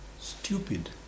stupid